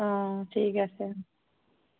অঁ ঠিক আছে